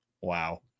Wow